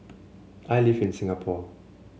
I live in Singapore